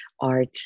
art